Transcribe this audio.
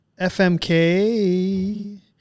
FMK